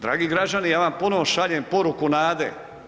Dragi građani ja vam ponovo šaljem poruku nade.